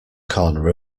corner